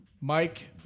Mike